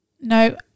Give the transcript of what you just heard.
No